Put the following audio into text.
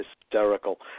hysterical